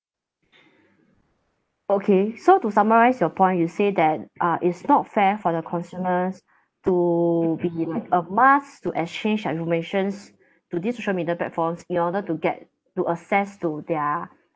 okay so to summarise your point you say that uh it's not fair for the consumers to be like a must to exchange your informations to this social media platforms in order to get to access to their